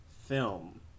film